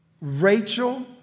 Rachel